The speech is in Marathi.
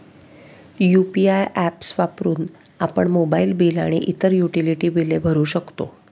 यु.पी.आय ऍप्स वापरून आपण मोबाइल बिल आणि इतर युटिलिटी बिले भरू शकतो